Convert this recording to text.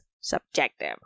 subjective